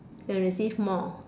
can receive more